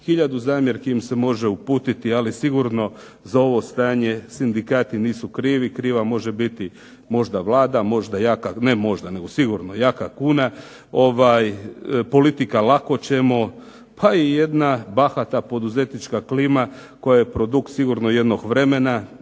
Hiljadu zamjerki se im se može uputiti ali sigurno za ovo stanje sindikati nisu krivi. Krivi može biti možda Vlada, možda ne možda nego sigurno jaka kuna. Politika, lako ćemo, pa i jedna bahata poduzetnička klima koja je produkt sigurno jednog vremena